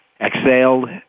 exhaled